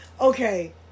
okay